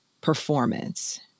performance